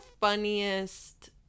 funniest